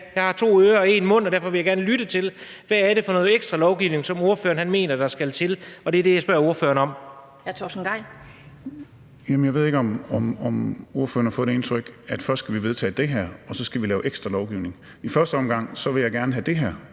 jeg har to ører og en mund, og derfor vil jeg gerne lytte – hvad det er for noget ekstra lovgivning, som ordføreren mener der skal til? Det er det, jeg spørger ordføreren om. Kl. 11:53 Den fg. formand (Annette Lind): Hr. Torsten Gejl. Kl. 11:53 Torsten Gejl (ALT): Jeg ved ikke, om ordføreren har fået det indtryk, at først skal vi vedtage det her, og så skal vi lave ekstra lovgivning. I første omgang vil jeg gerne have det her